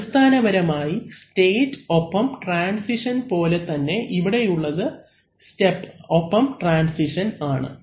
അവലംബിക്കുന്ന സ്ലൈഡ് സമയം 0526 അടിസ്ഥാനപരമായി സ്റ്റേറ്റ് ഒപ്പം ട്രാൻസിഷൻ പോലെ തന്നെ ഇവിടെയുള്ളത് സ്റ്റെപ് ഒപ്പം ട്രാൻസിഷൻ ആണ്